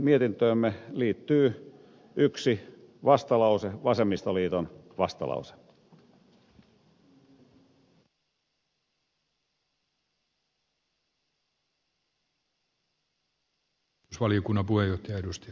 mietintöömme liittyy yksi vastalause vasemmistoliiton vastalause